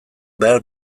behar